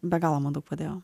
be galo man daug padėjo